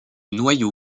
noyau